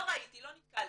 לא ראיתי, לא נתקלתי.